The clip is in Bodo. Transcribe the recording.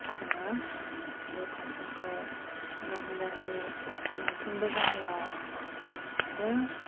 खुङो बे फांसनखौ गामि गामि मोनफ्रोमबो गामियावनो